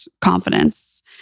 confidence